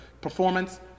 performance